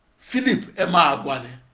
philip emeagwali,